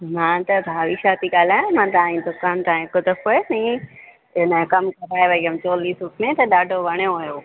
मां त हरिशा थी ॻाल्हायां मां तव्हांजी दुकान ता हिकु दफ़ो ए न ईअं ए न कमु कराए वई असि चोली सूट त ॾाढो वणियो हुओ